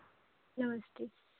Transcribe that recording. नमस्ते